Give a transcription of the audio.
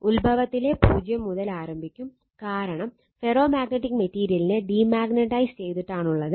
ഉത്ഭവത്തിലെ 0 മുതൽ ആരംഭിക്കും കാരണം ഫെറോ മാഗ്നറ്റിക് മെറ്റീരിയലിനെ ഡീമാഗ്നൈസ് ചെയ്തിട്ടാനുള്ളത്